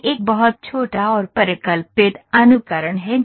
यह एक बहुत छोटा और परिकल्पित अनुकरण है